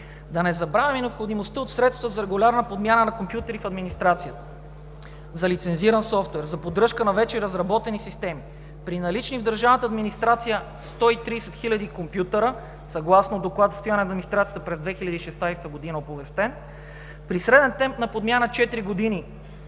Да не забравим необходимостта от средства за регулярна подмяна на компютри в администрацията, за лицензиран софтуер, за поддръжка на вече разработени системи – при налични в държавната администрация 130 хиляди компютри, съгласно оповестен доклад за състоянието на администрацията през 2016 г. При среден темп на подмяна четири